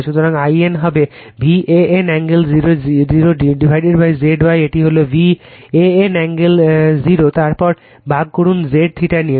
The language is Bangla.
সুতরাং I n হবে V AN angle 0 Z Y এটি হল VAN অ্যাঙ্গেল 0 তারপর ভাগ করুন Z θ দিয়ে